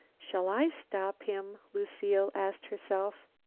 shall i stop him? lucile asked herself.